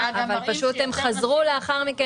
אבל פשוט הן חזרו לאחר מכן.